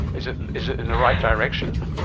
is it is it in the right direction?